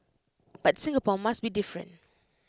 but Singapore must be different